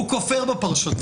הוא כופר בפרשנות.